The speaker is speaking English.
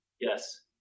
Yes